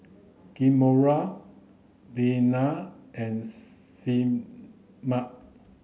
Kamora Iyanna and Sigmund